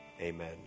Amen